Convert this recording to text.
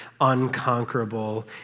unconquerable